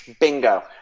Bingo